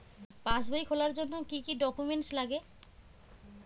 পাসবই খোলার জন্য কি কি ডকুমেন্টস লাগে?